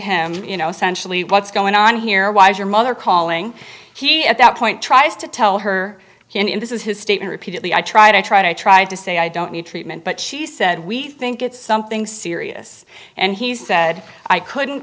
him you know essentially what's going on here why is your mother calling he at that point tries to tell her and this is his statement repeatedly i tried i tried i tried to say i don't need treatment but she said we think it's something serious and he said i couldn't